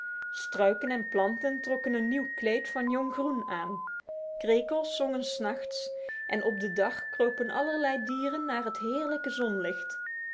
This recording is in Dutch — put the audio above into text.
struiken en planten trokken een nieuw kleed van jong groen aan krekels zongen s nachts en overdag kropen allerlei dieren naar het heerlijke